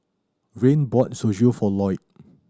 Rayne bought Zosui for Loyd